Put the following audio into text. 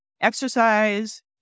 exercise